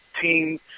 team